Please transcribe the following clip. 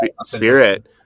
Spirit